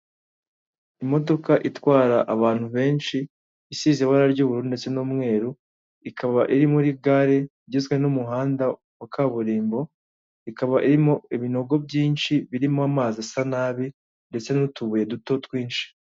Imodoka itwara abantu benshi isize ibara ry'uburu ndetse n'umweru, ikaba iri muri gare igizwe n'umuhanda wa kaburimbo, ikaba irimo ibinogo byinshi birimo amazi asa nabi ndetse n'utubuye duto twinshi.